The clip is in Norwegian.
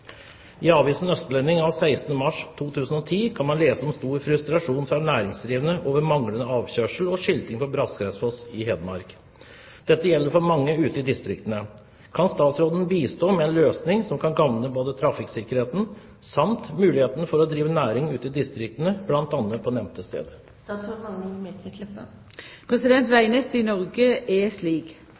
avisen Østlendingen av 16. mars 2010 kan vi lese om stor frustrasjon fra næringsdrivende over manglende avkjørsler og skilting på Braskereidfoss i Hedmark. Dette gjelder for mange ute i distriktene. Kan statsråden bistå med en løsning som kan gagne både trafikksikkerheten, samt muligheter for å drive næring ute i distriktene, blant annet på nevnte sted?» Vegnettet i Noreg er slik